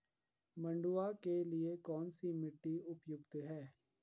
मंडुवा के लिए कौन सी मिट्टी उपयुक्त है?